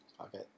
Okay